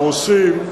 הרוסים,